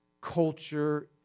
culture